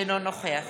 אינו נוכח